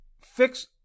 fix